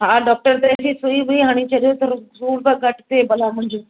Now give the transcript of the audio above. हा डॉक्टर पंहिंजी सुई वुई त हणी छॾियो थोरो सूर त घटि थिए भला मुंहिंजो